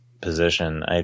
position